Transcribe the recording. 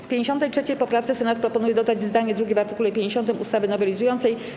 W 53. poprawce Senat proponuje dodać zdanie drugie w art. 50 ustawy nowelizującej.